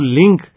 link